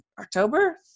October